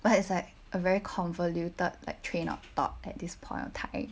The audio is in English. what is like a very convoluted like train of thought at this point of time